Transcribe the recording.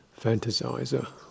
fantasizer